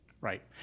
Right